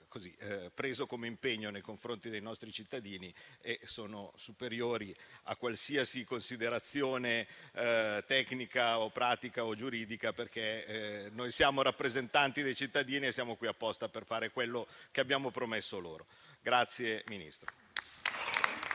preso come impegno nei confronti dei nostri cittadini e che sono superiori a qualsiasi considerazione tecnica, pratica o giuridica, perché noi siamo rappresentanti dei cittadini e siamo qui apposta per fare quello che abbiamo promesso loro.